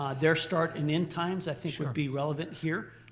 um their start and end times i think would be relevant here.